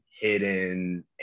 hidden